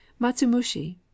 Matsumushi